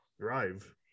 drive